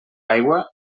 aigua